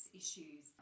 issues